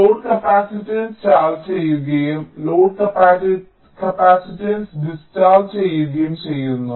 load capacitance charge ചെയ്യുകയും load capacitance discharge ചെയ്യുകയും ചെയ്യുന്നു